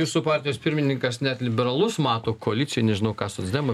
jūsų partijos pirmininkas net liberalus mato koalicijoj nežinau ką socdemai